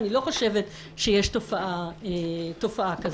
אני לא חושבת שיש תופעה כזו,